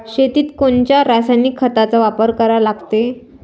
शेतीत कोनच्या रासायनिक खताचा वापर करा लागते?